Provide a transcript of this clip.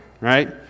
right